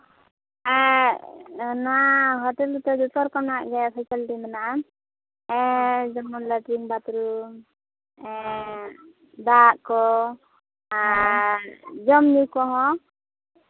ᱦᱮᱸ ᱚᱱᱟ ᱦᱳᱴᱮᱹᱞ ᱨᱮᱫᱚ ᱡᱚᱛᱚ ᱨᱚᱠᱚᱢᱟᱜ ᱜᱮ ᱯᱷᱮᱥᱮᱞᱤᱴᱤ ᱢᱮᱱᱟᱜᱼᱟ ᱡᱮᱢᱚᱱ ᱞᱮᱴᱨᱤᱝ ᱵᱟᱛᱷᱨᱩᱢ ᱫᱟᱜ ᱠᱚ ᱡᱚᱢᱼᱧᱩ ᱠᱚᱦᱚᱸ